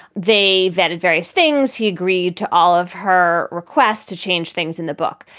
they vetted various things. he agreed to all of her requests to change things in the book.